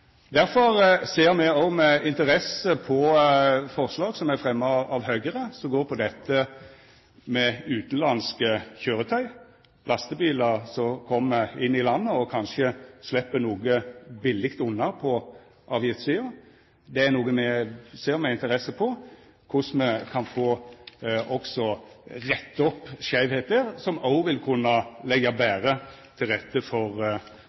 Derfor ser me òg med interesse på forslag som er fremma av Høgre som går på dette med utanlandske køyretøy – lastebilar som kjem inn i landet og kanskje slepp noko billeg unna på avgiftssida. Det er noko me ser med interesse på, korleis me kan få retta opp skeivheiter der, som òg vil kunna leggja betre til rette for